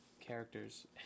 characters